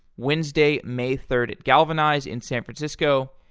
wednesday, may third at galvanize in san francisco,